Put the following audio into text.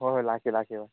ꯍꯣꯏ ꯍꯣꯏ ꯂꯥꯛꯀꯦ ꯂꯥꯛꯀꯦ ꯕꯥꯏ